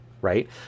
Right